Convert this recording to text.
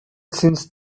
since